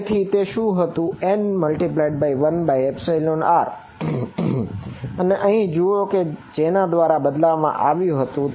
તેથી તે શું હતું n×1r અને અહીં જુઓ કે જેના દ્વારા તેને બદલાવવામાં આવ્યું હતું